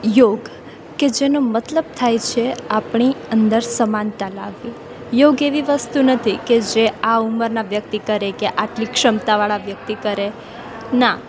યોગ કે જેનો મતલબ થાય છે આપણી અંદર સમાનતા લાવવી યોગ એવી વસ્તુ નથી કે જે આ ઉંમરનાં વ્યક્તિ કરે કે આટલી ક્ષમતાવાળા વ્યક્તિ કરે ના